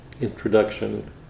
introduction